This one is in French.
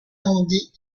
arrondies